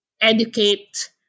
educate